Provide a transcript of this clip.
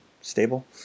stable